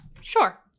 Sure